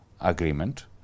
agreement